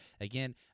again